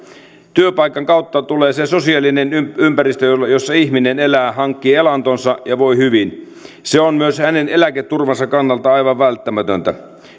työpaikan kautta tulee se sosiaalinen ympäristö jossa ihminen elää hankkii elantonsa ja voi hyvin se on myös hänen eläketurvansa kannalta aivan välttämätön